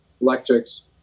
electrics